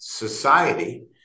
society